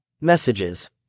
Messages